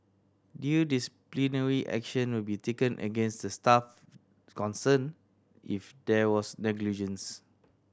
due disciplinary action will be taken against the staff concerned if there was negligence